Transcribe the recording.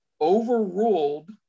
overruled